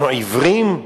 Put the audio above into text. אנחנו עיוורים?